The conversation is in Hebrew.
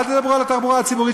אל תדברו על התחבורה הציבורית,